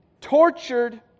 tortured